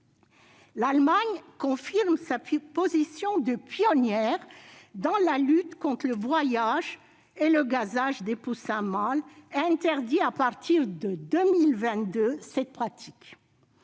L'Allemagne confirme sa position de pionnière dans la lutte contre le broyage et le gazage des poussins mâles en interdisant cette pratique